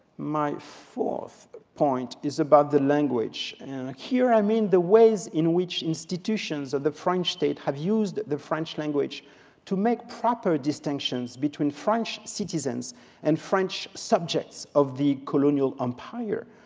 my fourth point is about the language. and here, i mean the ways in which institutions of the french state have used the french language to make proper distinctions between french citizens and french subjects of the colonial empire.